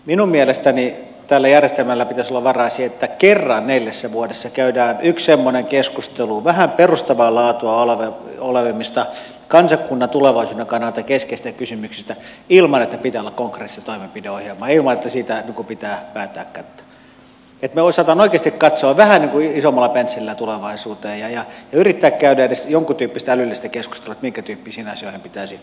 minun mielestäni tällä järjestelmällä pitäisi olla varaa siihen että kerran neljässä vuodessa käydään yksi semmoinen keskustelu vähän perustavampaa laatua olevista kansakunnan tulevaisuuden kannalta keskeisistä kysymyksistä ilman että pitää olla konkreettista toimenpideohjelmaa ja ilman että siitä pitää vääntää kättä niin että me osaamme oikeasti katsoa vähän isommalla pensselillä tulevaisuuteen ja yrittää käydä edes jonkin tyyppistä älyllistä keskustelua minkä tyyppisiin asioihin pitäisi panostaa